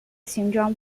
形状